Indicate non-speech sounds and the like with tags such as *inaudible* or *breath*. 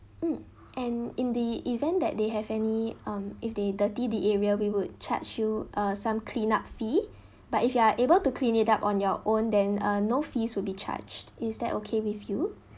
mm and in the event that they have any um if they dirty the area we would charge you uh some cleanup fee *breath* but if you are able to clean it up on your own then uh no fees will be charged is that okay with you